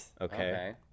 Okay